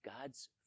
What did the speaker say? God's